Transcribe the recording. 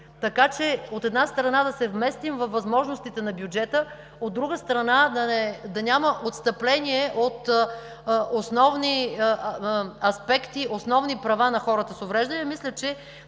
така че, от една страна, да се вместим във възможностите на бюджета, а от друга страна, да няма отстъпление от основни аспекти, основни права на хората с увреждания. Мисля, че